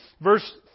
Verse